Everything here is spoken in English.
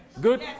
Good